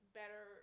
better